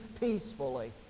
peacefully